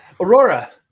Aurora